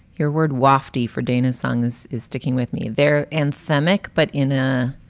your word wafty for danas songs is sticking with me there. and thermic. but in a